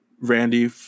Randy